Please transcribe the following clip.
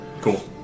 Cool